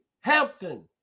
Hampton